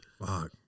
Fuck